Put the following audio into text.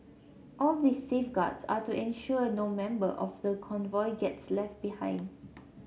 all these safeguards are to ensure no member of the convoy gets left behind